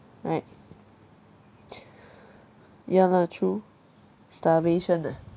right ya lah true starvation ah